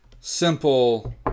simple